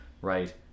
right